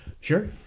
Sure